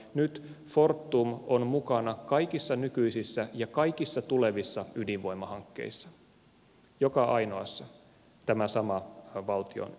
nyt fortum on mukana kaikissa nykyisissä ja kaikissa tulevissa ydinvoimahankkeissa joka ainoassa tämä sama valtionyhtiö